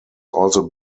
also